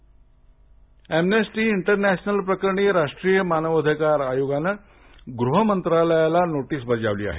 NHRC Amnesty International प्रकरणी राष्ट्रीय मानवाअधिकार आयोगानं गृह मंत्रालयाला नोटीस बजावली आहे